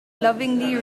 lovingly